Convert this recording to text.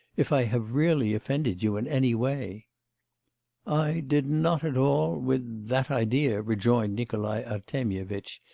if i have really offended you in any way i did not at all. with that idea rejoined nikolai artemyevitch,